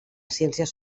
ciències